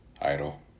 idle